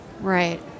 Right